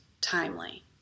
timely